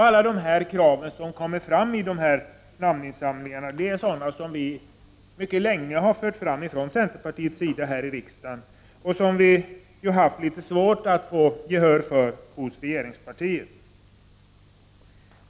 Alla de krav som har kommit fram genom namninsamlingen, är sådana som vi ifrån centerns sida mycket länge har fört fram här i riksdagen. Vi har dock haft litet svårt att få gehör för dem hos regeringspartiet.